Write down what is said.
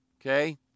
okay